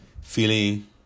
feeling